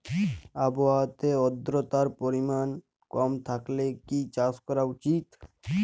আবহাওয়াতে আদ্রতার পরিমাণ কম থাকলে কি চাষ করা উচিৎ?